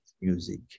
music